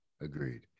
agreed